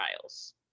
trials